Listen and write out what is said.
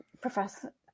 professor